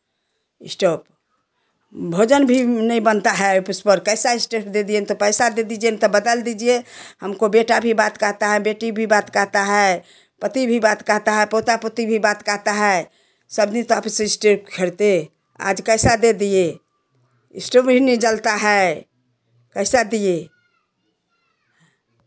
stove भोजन भी नहीं बनता है पर इस पर कैसा स्टेप दे दिए अन तो पैसा दे दीजिए पैसा दे दीजिए नहीं तो बदल दीजिए हमको बेटा भी बात कहता है बेटी भी बात कहता है पति भी बात कहता है पोता पोती भी बात कहता है सब दिन तो आप ही से स्टेप खरदे आज कैसा दे दिए स्टोप ही नहीं जलता है कैसा दिए